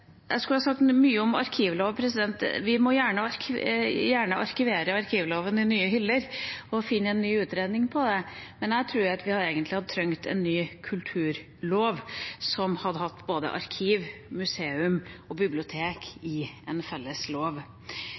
Jeg skulle ha sagt mye om arkivlov. Vi må gjerne arkivere arkivloven i nye hyller og finne en ny utredning på det, men jeg tror at vi egentlig hadde trengt en ny kulturlov, en felles lov for både arkiv, museum og bibliotek.